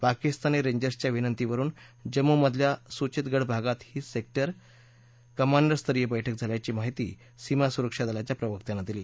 पाकिस्तानी रेंजर्सच्या विनंतीवरून जम्मूमधल्या सुचेतगड भागात ही सेक्टर कमांडर स्तरीय बैठक झाल्याची माहिती सीमा सुरक्षा दलाच्या प्रवक्त्यानं दिली